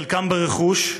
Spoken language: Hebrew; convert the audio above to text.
חלקם ברכוש,